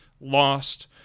lost